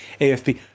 AFP